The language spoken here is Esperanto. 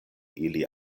ili